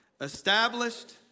established